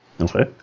Okay